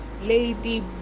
Lady